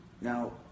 Now